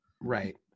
right